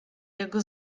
jego